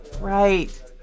Right